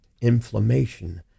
inflammation